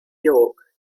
york